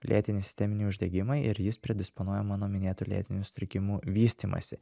lėtinį sisteminį uždegimą ir jis predisponuoja mano minėtų lėtinių sutrikimų vystymąsi